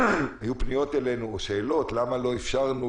היו אלינו פניות או שאלות למה לא אפשרנו